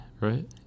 right